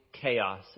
Chaos